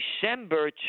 December